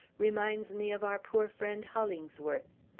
reminds me of our poor friend hollingsworth.